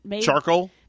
charcoal